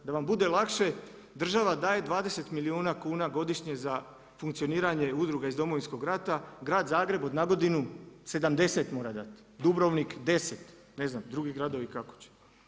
Da vam bude lakše država daje 20 milijuna kuna godišnje za funkcioniranje udruga iz Domovinskog rata, Grad Zagreb od nagodinu 70 mora dati, Dubrovnik 10, ne znam drugi gradovi kako će.